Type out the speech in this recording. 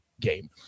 game